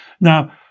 Now